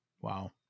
Wow